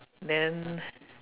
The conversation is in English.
then